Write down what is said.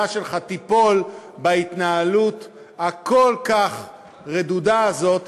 שלך תיפול בהתנהלות הכל-כך רדודה הזאת,